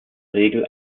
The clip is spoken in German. regel